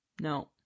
no